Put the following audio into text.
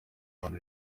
abantu